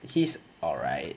he's alright